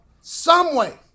someway